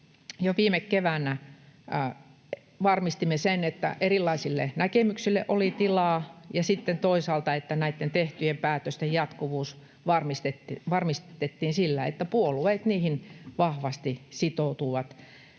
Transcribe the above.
viime keväänä varmistimme sen, että erilaisille näkemyksille oli tilaa, ja sitten toisaalta, että näitten tehtyjen päätösten jatkuvuus varmistettiin sillä, että puolueet niihin vahvasti sitoutuvat